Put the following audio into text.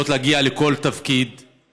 הדרוזית הראשונה שנבחרת לשופטת במדינת ישראל.